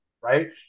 Right